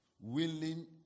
Willing